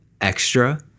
extra